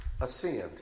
Ascend